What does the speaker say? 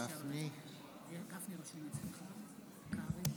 טבעי הדבר שזה בסמכות של משרד